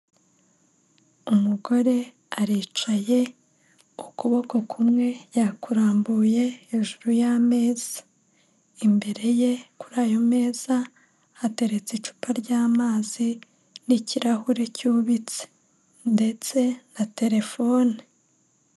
Umugore aricaye ukuboko kumwe yakurambuye hejuru y'ameza, imbere ye kuri ayo meza hateretse icupa ry'amazi n'ikirahure cyubitse ndetse na terefone.